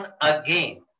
again